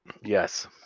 Yes